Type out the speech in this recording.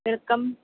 കേൾക്കാം